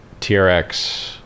TRX